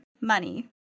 money